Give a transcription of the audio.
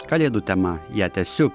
kalėdų tema ją tęsiu